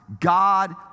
God